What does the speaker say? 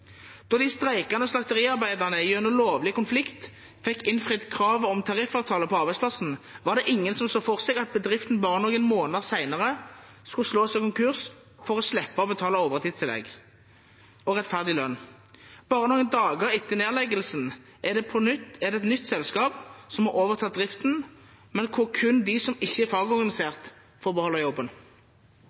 Da de streikende slakteriarbeiderne gjennom lovlig konflikt fikk innfridd kravet om tariffavtale på arbeidsplassen, var det ingen som så for seg at bedriften bare noen måneder senere skulle slå seg konkurs for å slippe å betale overtidstillegg og rettferdig lønn. Bare noen dager etter nedleggelsen er det et nytt selskap som har overtatt driften, men hvor kun de som ikke er fagorganisert, får beholde jobben.